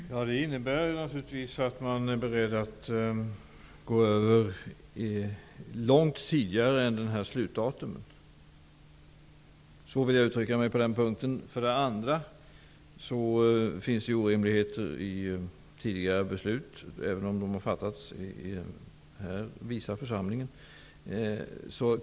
Herr talman! Det innebär naturligtvis att man är beredd att gå över till alternativ långt tidigare än det givna slutdatumet. Så vill jag uttrycka mig på den punkten. Dessutom finns orimligheter i tidigare beslut, även om de har fattats i den här visa församlingen.